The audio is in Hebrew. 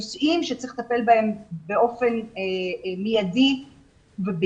הנושאים שצריך לטפל בהם באופן מיידי וביחד,